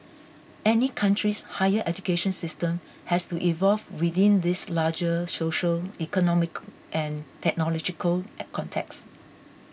any country's higher education system has to evolve within these larger social economic and technological at contexts